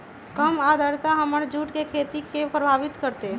कम आद्रता हमर जुट के खेती के प्रभावित कारतै?